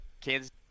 Kansas